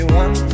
one